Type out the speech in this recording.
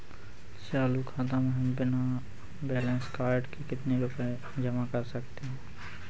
चालू खाता में हम बिना पैन कार्ड के कितनी रूपए जमा कर सकते हैं?